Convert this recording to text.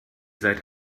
seid